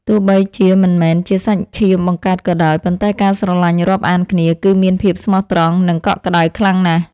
ទោះបីជាមិនមែនជាសាច់ឈាមបង្កើតក៏ដោយ ប៉ុន្តែការស្រឡាញ់រាប់អានគ្នា គឺមានភាពស្មោះត្រង់ និងកក់ក្តៅខ្លាំងណាស់។